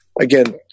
again